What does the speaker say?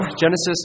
Genesis